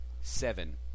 Seven